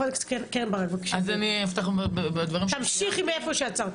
קרן ברק, בבקשה, תמשיכי מאיפה שעצרת.